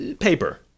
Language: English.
Paper